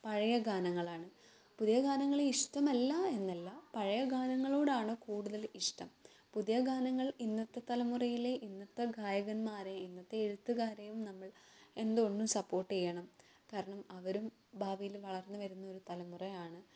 പഴയ ഗാനങ്ങളാണ് പുതിയ ഗാനങ്ങൾ ഇഷ്ടമല്ല എന്നല്ല പഴയ ഗാനങ്ങളോടാണ് കൂടുതൽ ഇഷ്ടം പുതിയ ഗാനങ്ങൾ ഇന്നത്തെ തലമുറയിലെ ഇന്നത്തെ ഗായകന്മാരെ ഇന്നത്തെ എഴുത്തുകാരെയും നമ്മൾ എന്തുകൊണ്ടും സപ്പോർട്ട് ചെയ്യണം കാരണം അവരും ഭാവിയിൽ വളർന്ന് വരുന്ന ഒരു തലമുറയാണ്